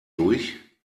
durch